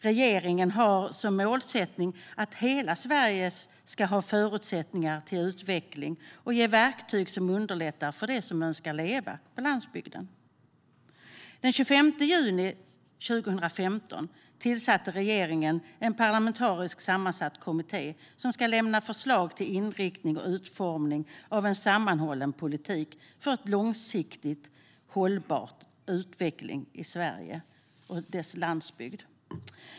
Regeringen har som målsättning att hela Sverige ska ha förutsättningar till utveckling och att ge verktyg som underlättar för dem som önskar leva på landsbygden. Den 25 juni 2015 tillsatte regeringen en parlamentariskt sammansatt kommitté som ska lämna förslag till inriktning och utformning av en sammanhållen politik för en långsiktigt hållbar utveckling i Sverige och dess landsbygd.